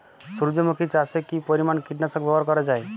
সূর্যমুখি চাষে কি পরিমান কীটনাশক ব্যবহার করা যায়?